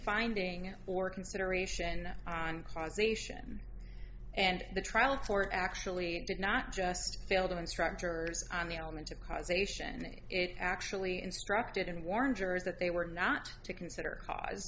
finding or consideration on causation and the trial court actually did not just fail to instructors on the element of causation it actually instructed and warn jurors that they were not to consider ca